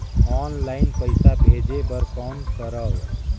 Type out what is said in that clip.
Online पईसा भेजे बर कौन करव?